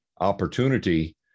opportunity